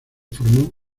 formó